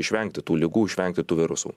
išvengti tų ligų išvengti tų virusų